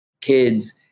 kids